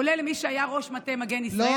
כולל למי שהיה ראש מטה מגן ישראל,